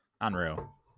Unreal